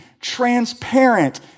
transparent